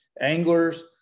anglers